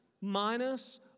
minus